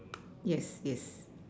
yes yes